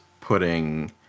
putting